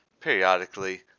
periodically